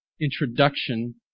introduction